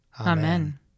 Amen